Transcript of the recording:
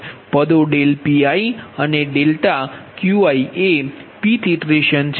પદો ∆Pi અને ∆Qi એ pth ઇટરેશન છે